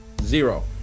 Zero